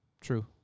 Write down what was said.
true